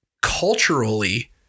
Culturally